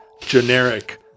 generic